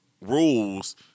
rules